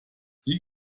die